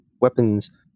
weapons